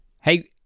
Hey